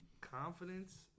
confidence